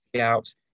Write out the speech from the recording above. out